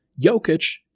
Jokic